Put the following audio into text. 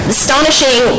astonishing